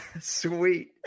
sweet